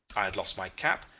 i had lost my cap,